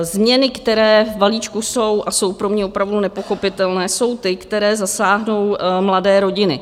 Změny, které v balíčku jsou, a jsou pro mě opravdu nepochopitelné, jsou ty, které zasáhnou mladé rodiny.